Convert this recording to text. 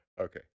Okay